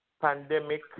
pandemic